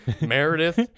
Meredith